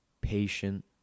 patient